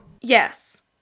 Yes